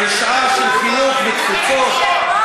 רגע.